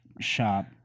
shop